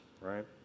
right